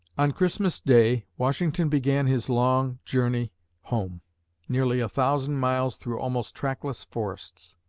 on christmas day, washington began his long journey home nearly a thousand miles through almost trackless forests.